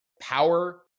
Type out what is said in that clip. power